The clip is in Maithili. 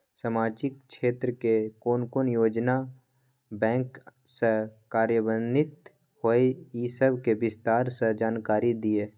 सामाजिक क्षेत्र के कोन कोन योजना बैंक स कार्यान्वित होय इ सब के विस्तार स जानकारी दिय?